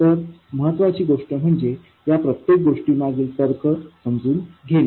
तर महत्वाची गोष्ट म्हणजे या प्रत्येक गोष्टीमागील तर्क समजून घेणे